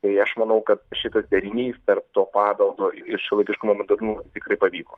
tai aš manau kad šitas derinys tarp to paveldo ir šiuolaikiško modernumo tikrai pavyko